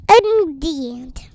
indeed